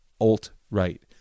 alt-right